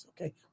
Okay